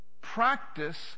Practice